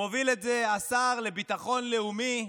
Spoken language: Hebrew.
מוביל את זה השר לביטחון לאומי,